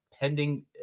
pending